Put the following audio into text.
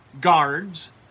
guards